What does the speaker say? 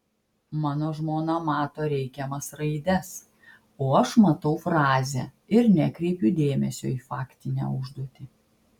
mano žmona mato reikiamas raides o aš matau frazę ir nekreipiu dėmesio į faktinę užduotį